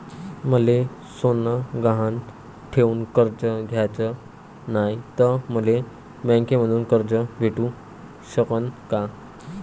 मले सोनं गहान ठेवून कर्ज घ्याचं नाय, त मले बँकेमधून कर्ज भेटू शकन का?